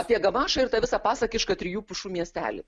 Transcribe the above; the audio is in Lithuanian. apie gamašą ir tą visą pasakišką trijų pušų miestelį